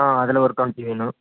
ஆ அதில் ஒரு ட்வெண்ட்டி வேணும்